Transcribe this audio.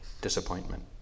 disappointment